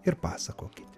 ir pasakokite